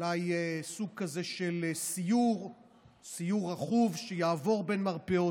אולי סוג כזה של סיור רכוב שיעבור בין מרפאות,